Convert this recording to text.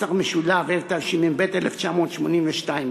התשמ"ב 1982,